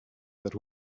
that